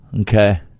Okay